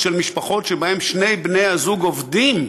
של משפחות שבהן שני בני הזוג עובדים,